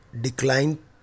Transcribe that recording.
decline